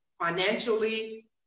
financially